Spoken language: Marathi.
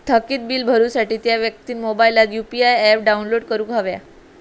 थकीत बील भरुसाठी त्या व्यक्तिन मोबाईलात यु.पी.आय ऍप डाउनलोड करूक हव्या